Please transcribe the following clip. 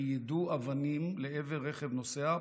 כי יידו אבנים לעבר רכב נוסע,